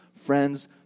Friends